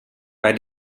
bei